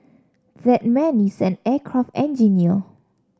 that man is an aircraft engineer